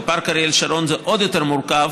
בפארק אריאל שרון זה עוד יותר מורכב,